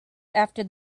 after